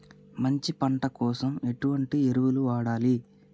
మంచి పంట కోసం ఎటువంటి ఎరువులు వాడాలి?